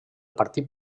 partit